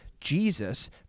Jesus